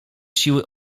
siły